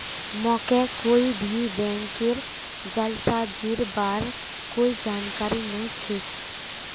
मोके कोई भी बैंकेर जालसाजीर बार कोई जानकारी नइ छेक